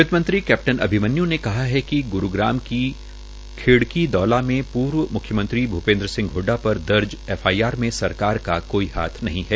वित्तमंत्री कैप्टन अभिमन्यू ने कहा है कि ग्रूग्राम की खेड़कदौला में पूर्व म्ख्मयंत्री भूपेन्द्र सिंह हडडा पर दर्ज एफआईआर में सरकार का कोई हाथ नहीं है